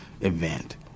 event